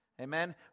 Amen